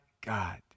God